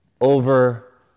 over